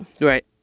right